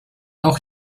auch